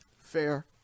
Fair